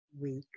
weeks